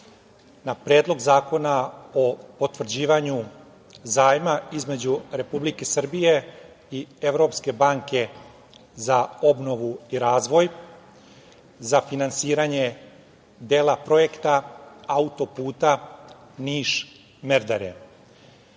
na Predlog zakona o potvrđivanju zajma između Republike Srbije i Evropske banke za obnovu i razvoj za finansiranje dela projekta autoputa Niš-Merdare. Naime,